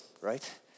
right